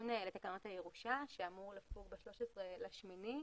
בכל מקרה הייתה הוראה שאומרת בתוך 45 ימים מיום ההפקדה,